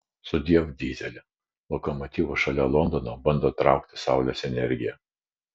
sudiev dyzeli lokomotyvus šalia londono bando traukti saulės energija